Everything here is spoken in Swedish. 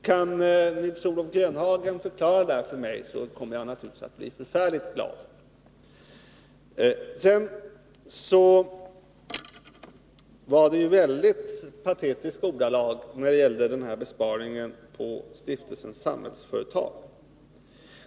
Kan Nils-Olof Grönhagen förklara det för mig, kommer jag naturligtvis att bli förfärligt glad. Sedan var det väldigt patetiska ordalag som kom till användning när det gällde besparingen på Stiftelsen Samhällsföretag.